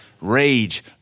rage